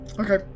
Okay